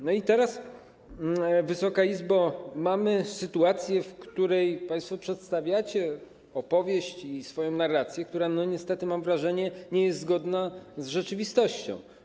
I teraz, Wysoka Izbo, mamy sytuację, w której państwo przedstawiacie opowieść i swoją narrację, która niestety, mam wrażenie, nie jest zgodna z rzeczywistością.